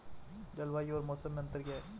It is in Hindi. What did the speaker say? जलवायु और मौसम में अंतर क्या है?